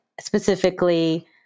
specifically